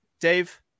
dave